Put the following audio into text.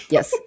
Yes